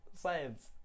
science